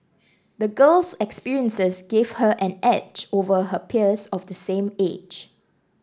the girl's experiences gave her an edge over her peers of the same age